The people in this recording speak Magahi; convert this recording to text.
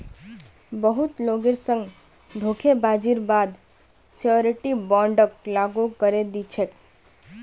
बहुत लोगेर संग धोखेबाजीर बा द श्योरटी बोंडक लागू करे दी छेक